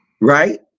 right